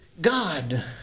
God